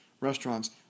restaurants